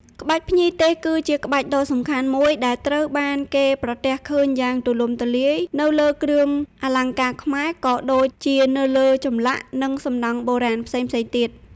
ក្បាច់ភ្ញីទេស គឺជាក្បាច់ដ៏សំខាន់មួយទៀតដែលត្រូវបានគេប្រទះឃើញយ៉ាងទូលំទូលាយនៅលើគ្រឿងអលង្ការខ្មែរ ក៏ដូចជានៅលើចម្លាក់ និងសំណង់បុរាណផ្សេងៗទៀត។